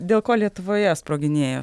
dėl ko lietuvoje sproginėjo